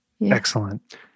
excellent